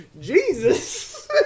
Jesus